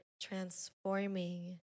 transforming